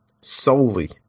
solely